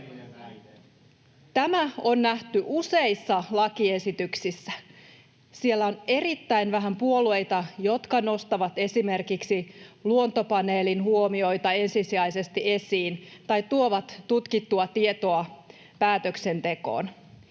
Tämä on nähty useissa lakiesityksissä. Siellä on erittäin vähän puolueita, jotka nostavat esimerkiksi Luontopaneelin huomioita ensisijaisesti esiin tai tuovat tutkittua tietoa päätöksentekoon.